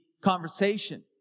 conversation